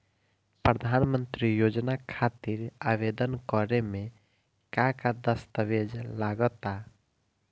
प्रधानमंत्री योजना खातिर आवेदन करे मे का का दस्तावेजऽ लगा ता?